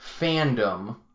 fandom